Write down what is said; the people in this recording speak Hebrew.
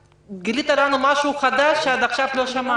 גילית לנו עכשיו משהו חדש שלא שמענו עד עכשיו.